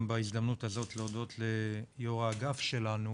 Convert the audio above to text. בהזדמנות הזאת להודות ליו"ר האגף שלנו,